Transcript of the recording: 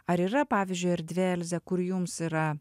ar yra pavyzdžiui erdvė elze kur jums yra